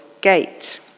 gate